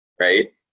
right